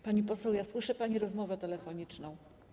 Pani poseł, słyszę pani rozmowę telefoniczną.